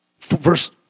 verse